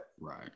Right